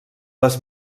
les